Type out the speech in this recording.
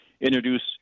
introduce